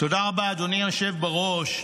תודה רבה, אדוני היושב בראש.